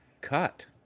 cut